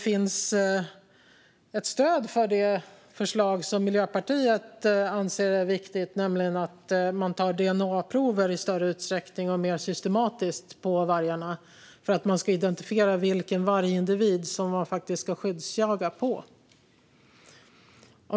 Finns ett stöd för det förslag som Miljöpartiet anser är viktigt, nämligen att i större utsträckning och mer systematiskt ta dna-prover på vargarna för att identi-fiera vilken vargindivid som man ska skyddsjaga?